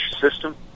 system